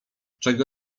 czego